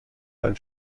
beim